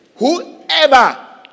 whoever